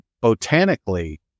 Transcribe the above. botanically